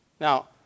Now